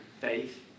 faith